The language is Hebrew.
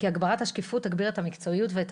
כי הגברת השקיפות תגביר את המקצועיות ואת